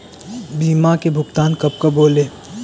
बीमा के भुगतान कब कब होले?